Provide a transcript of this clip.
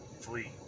Flee